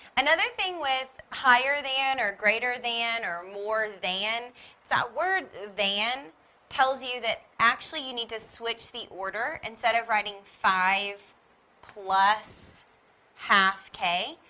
another thing with higher than, or greater than, or more than, is that word than tells you that, actually, you need to switch the order. in stead of writing five plus half k,